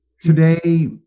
today